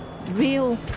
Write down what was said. real